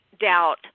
doubt